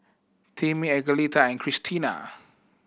Timmy Angelita and Kristina